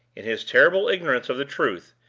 in his terrible ignorance of the truth,